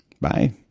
Bye